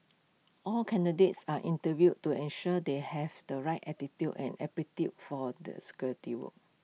all candidates are interviewed to ensure they have the right attitude and aptitude for the security work